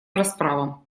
расправам